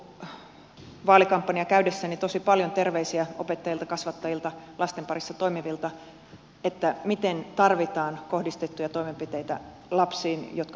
olin kuullut vaalikampanjaa käydessäni tosi paljon terveisiä opettajilta kasvattajilta lasten parissa toimivilta miten tarvitaan kohdistettuja toimenpiteitä lapsiin jotka voivat huonosti